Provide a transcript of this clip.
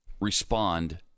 respond